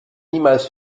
niemals